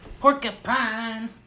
Porcupine